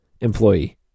employee